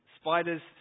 Spiders